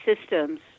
systems